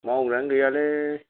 मावग्रायानो गैयालै